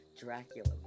Dracula